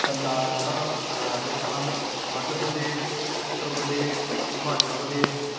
Karnataka Rajasthan Madhya Pradesh Uttar Pradesh Himachal Pradesh